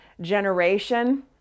generation